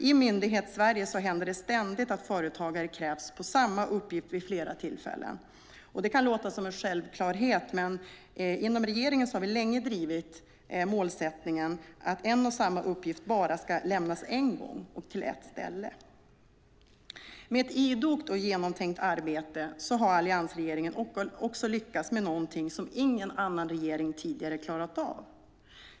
I Myndighetssverige händer det ständigt att företagare krävs på samma uppgift vid flera tillfällen. Det kan låta som en självklarhet, men inom regeringen har vi länge drivit målsättningen att en och samma uppgift bara ska lämnas en gång och till ett ställe. Med ett idogt och genomtänkt arbete har alliansregeringen också lyckats med någonting som ingen annan regering tidigare klarat av.